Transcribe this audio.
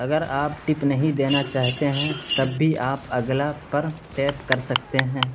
اگر آپ ٹپ نہیں دینا چاہتے ہیں تب بھی آپ اگلا پر ٹیپ کر سکتے ہیں